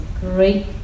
great